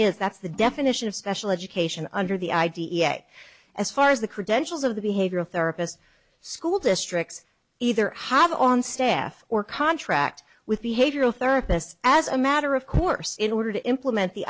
if that's the definition of special education under the i d e a as far as the credentials of the behavioral therapist school districts either have on staff or contract with behavioral therapist as a matter of course in order to implement the